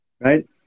right